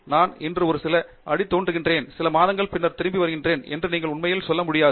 நான் இன்று ஒரு சில அடி தோண்டுகிறேன் சில மாதங்களுக்கு பின்னர் திரும்பி வருகிறேன் என்று நீங்கள் உண்மையில் சொல்ல முடியாது